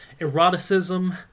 eroticism